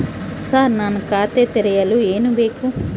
Sir ನಾನು ಖಾತೆ ತೆರೆಯಲು ಏನು ಬೇಕು?